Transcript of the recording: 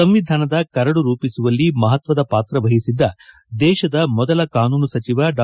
ಸಂವಿಧಾನದ ಕರಡು ರೂಪಿಸುವಲ್ಲಿ ಮಹತ್ತದ ಪಾತ್ರ ವಹಿಸಿದ್ದ ದೇಶದ ಮೊದಲ ಕಾನೂನು ಸಚಿವ ಡಾ